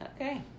okay